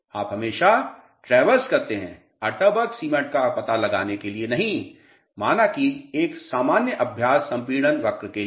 आप हमेशा ट्रैवर्स करते हैं अटेरबर्ग सीमा का पता लगाने के लिए नहीं माना कि एक सामान्य अभ्यास संपीड़न वक्र के लिए